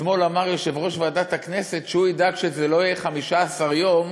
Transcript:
אתמול אמר יושב-ראש ועדת הכנסת שהוא ידאג שזה לא יהיה 15 יום,